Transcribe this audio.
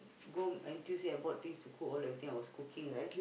go home and Tuesday I bought things to cook a lot thing I was cooking right